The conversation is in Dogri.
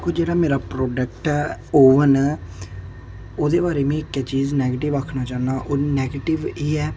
जेह्ड़ा मेरा प्रोडक्ट ऐ ओवन ऐ ओह्दे बारै में इक्कै चीज नैगटिव आखना चाह्न्नां ओह् नैगिटव एह् ऐ